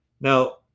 Now